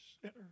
sinner